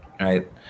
right